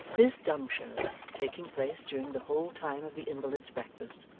this dumb-show, taking place during the whole time of the invalid's breakfast,